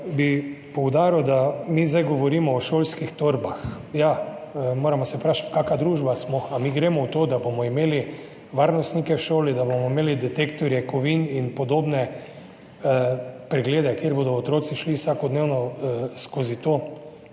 bi poudaril, da mi zdaj govorimo o šolskih torbah. Ja, moramo se vprašati, kakšna družba smo, ali mi gremo v to, da bomo imeli varnostnike v šoli, da bomo imeli detektorje kovin in podobne preglede, kjer bodo otroci šli vsakodnevno skozi to.